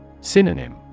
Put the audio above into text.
Synonym